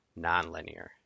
nonlinear